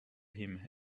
him